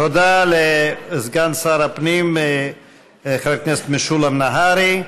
תודה לסגן שר הפנים, חבר הכנסת משולם נהרי.